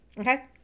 Okay